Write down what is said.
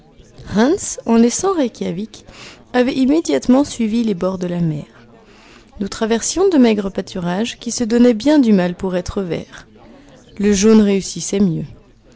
hans en laissant reykjawik avait immédiatement suivi les bords de la mer nous traversions de maigres pâturages qui se donnaient bien du mal pour être verts le jaune réussissait mieux